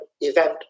event